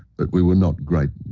but we were not great